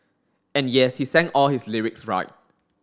and yes he sang all his lyrics right